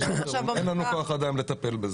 אין לנו כוח אדם לטפל בזה.